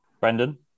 Brendan